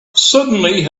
suddenly